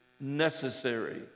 necessary